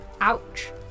Ouch